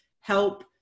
help